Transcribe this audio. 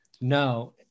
No